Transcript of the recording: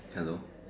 hello